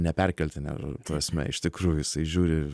neperkeltine prasme iš tikrųjų jisai žiūri